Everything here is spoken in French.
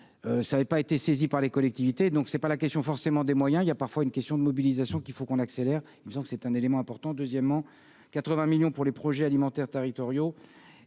ça avait pas été saisis par les collectivités, donc c'est pas la question forcément des moyens, il y a parfois une question de mobilisation qu'il faut qu'on accélère il disons que c'est un élément important, deuxièmement 80 millions pour les projets alimentaires territoriaux